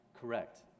correct